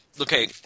okay